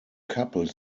couple